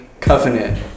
covenant